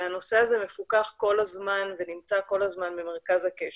הנושא הזה מפוקח כל הזמן ונמצא כל הזמן במרכז הקשב.